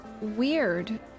weird